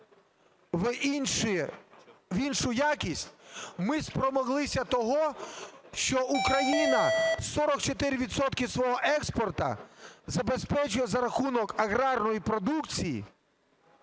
в іншу якість, ми спромоглися того, що Україна 44 відсотки свого експорту забезпечує за рахунок аграрної продукції,